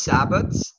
Sabbaths